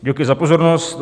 Děkuji za pozornost.